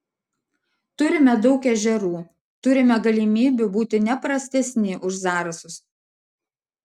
turime daug ežerų turime galimybių būti ne prastesni už zarasus